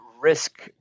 risk